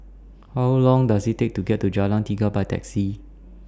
How Long Does IT Take to get to Jalan Tiga By Taxi